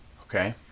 Okay